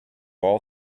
all